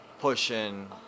pushing